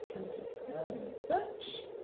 i'm just go and search.